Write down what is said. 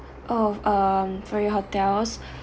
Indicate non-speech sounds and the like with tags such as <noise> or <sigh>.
oh um for your hotels <breath>